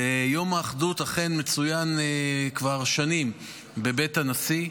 ויום האחדות אכן מצוין כבר שנים בבית הנשיא.